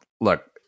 look